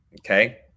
okay